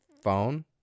phone